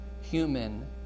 human